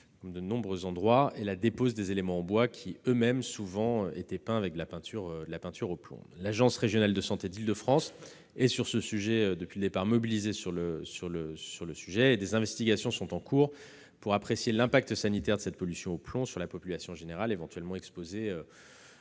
peintures au plomb, et la dépose des éléments en bois, eux-mêmes souvent peints avec ce type de peinture. L'Agence régionale de santé d'Île-de-France est, depuis le début du chantier, mobilisée sur le sujet. Des investigations sont en cours pour apprécier l'impact sanitaire de cette pollution au plomb sur la population générale éventuellement exposée